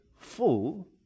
full